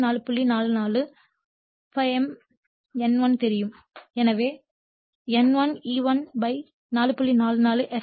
44 ∅ m N1 தெரியும் எனவே N1 E1 4